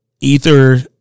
Ether